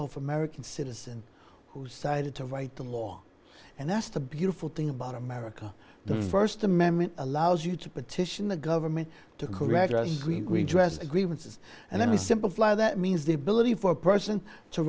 off american citizen who sided to write the law and that's the beautiful thing about america the first amendment allows you to petition the government to collateralize we dress agreements and then we simple fly that means the ability for a person to